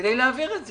כדי להעביר את זה.